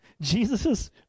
Jesus